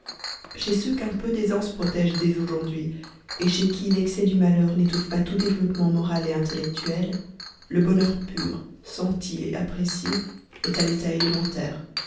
chez ceux qu'un peu d'aisance protège dès aujourd'hui et chez qui l'excès du malheur n'étouffe pas tout développement moral et intellectuel le bonheur pur senti et apprécié est à l'état élémentaire